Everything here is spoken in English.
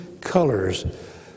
colors